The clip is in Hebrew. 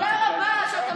תודה רבה שאתה מקפיד.